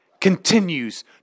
continues